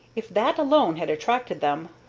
if that alone had attracted them,